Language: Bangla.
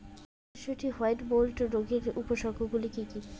মটরশুটির হোয়াইট মোল্ড রোগের উপসর্গগুলি কী কী?